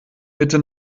bitte